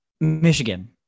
michigan